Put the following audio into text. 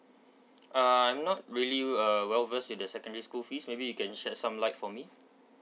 uh I'm not really uh well versed in the secondary school fees maybe you can shed some light for me